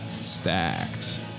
stacked